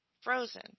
frozen